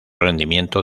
rendimiento